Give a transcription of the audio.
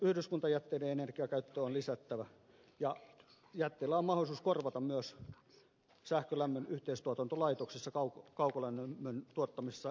yhdyskuntajätteiden energiakäyttöä on lisättävä ja jätteellä on mahdollisuus korvata myös sähkölämmön yhteistuotantolaitoksissa kaukolämmön tuottamisessa esimerkiksi hiiltä